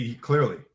Clearly